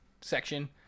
section